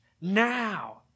Now